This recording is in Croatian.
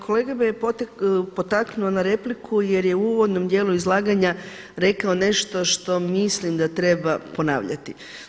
Kolega me je potaknuo na repliku jer je u uvodnom dijelu izlaganja rekao nešto što mislim da treba ponavljati.